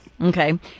Okay